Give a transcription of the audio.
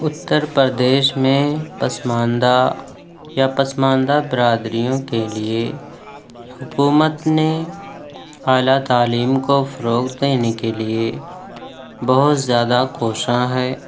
اتّر پردیش میں پسماندہ یا پسماندہ برادریوں کے لیے حکومت نے اعلیٰ تعلیم کو فروغ دینے کے لیے بہت زیادہ کوشاں ہے